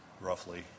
roughly